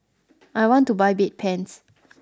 I want to buy Bedpans